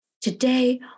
Today